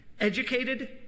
educated